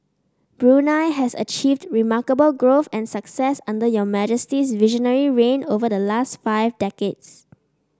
Brunei has achieved remarkable growth and success under your Majesty's visionary reign over the last five decades